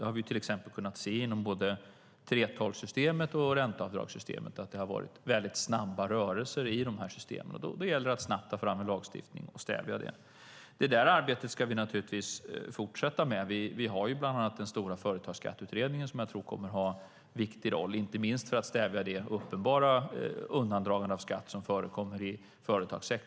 Det har vi till exempel kunnat se inom både 3:12-systemet och ränteavdragssystemet; det har varit väldigt snabba rörelser i systemen. Då gäller det att snabbt ta fram en lagstiftning och stävja det. Det arbetet ska vi naturligtvis fortsätta med. Vi har bland annat den stora företagsskatteutredningen, som jag tror kommer att ha en viktig roll inte minst för att stävja det uppenbara undandragande av skatt som förekommer i företagssektorn.